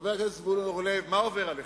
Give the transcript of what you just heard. חבר הכנסת זבולון אורלב, מה עובר עליכם.